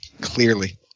Clearly